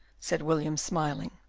said william, smiling.